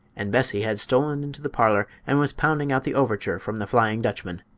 and bessie had stolen into the parlor and was pounding out the overture from the flying dutchman.